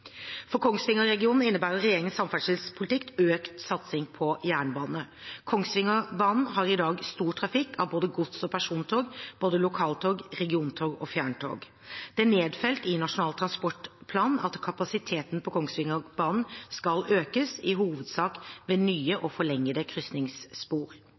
For Kongsvinger-regionen innebærer regjeringens samferdselspolitikk økt satsing på jernbane. Kongsvingerbanen har i dag stor trafikk av både gods- og persontog – både lokaltog, regiontog og fjerntog. Det er nedfelt i Nasjonal transportplan at kapasiteten på Kongsvingerbanen skal økes, i hovedsak ved nye